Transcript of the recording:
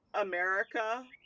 america